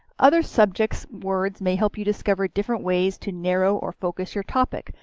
other subject words may help you discover different ways to narrow or focus your topic,